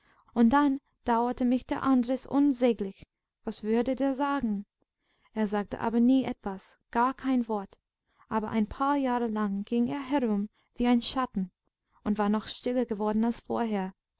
und dann dauerte mich der andres unsäglich was würde der sagen er sagte aber nie etwas gar kein wort aber ein paar jahre lang ging er herum wie ein schatten und war noch stiller geworden als vorher